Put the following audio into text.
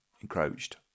encroached